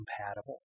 compatible